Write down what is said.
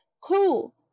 Cool